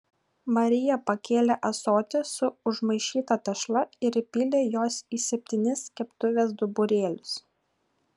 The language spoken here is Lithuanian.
marija pakėlė ąsotį su užmaišyta tešla ir įpylė jos į septynis keptuvės duburėlius